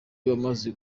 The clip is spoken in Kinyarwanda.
wamaze